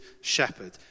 shepherd